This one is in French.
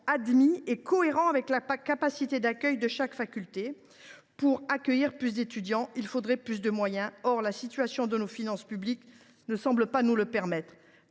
admis est cohérent avec la capacité d’accueil de chaque faculté. Pour former plus d’étudiants, il faudrait plus de moyens. Or la situation de nos finances publiques ne semble pas nous le permettre.